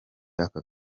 aka